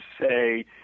say